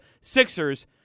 Sixers